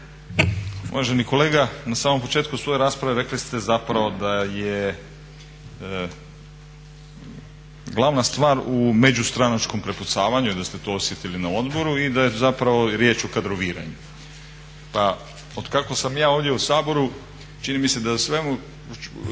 Uvaženi kolega, na samom početku svoje rasprave rekli ste zapravo da je glavna stvar u međustranačkom prepucavanju i da ste to osjetili na odboru i da je zapravo riječ o kadroviranju. Pa od kako sam ja ovdje u Saboru čini mi se da o svemu